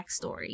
backstory